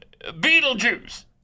Beetlejuice